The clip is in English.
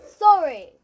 Sorry